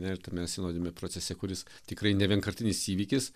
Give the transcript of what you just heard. na ir tame senoviniame procese kuris tikrai ne vienkartinis įvykis